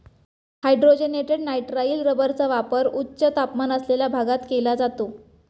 hydrogenated nitrile रबरचा वापर उच्च तापमान असलेल्या भागात केला जातो